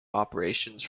operations